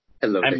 Hello